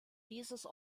dieses